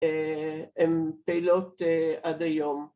‫הם תהילות עד היום.